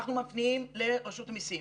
אנחנו מפנים לרשות המיסים.